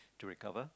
to recover